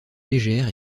légères